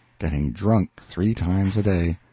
getting drunk three times a day.